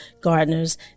gardeners